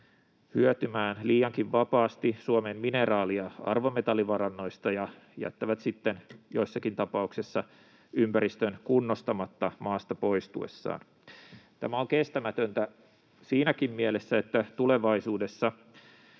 hyötymään liiankin vapaasti Suomen mineraali- ja arvometallivarannoista ja jättävät sitten joissakin tapauksissa ympäristön kunnostamatta maasta poistuessaan. Tämä on kestämätöntä siinäkin mielessä, että tulevaisuudessa